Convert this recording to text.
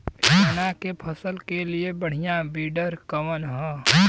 चना के फसल के लिए बढ़ियां विडर कवन ह?